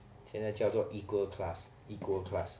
现在叫做 equal class equal class